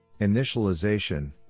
Initialization